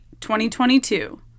2022